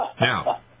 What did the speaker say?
Now